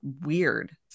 weird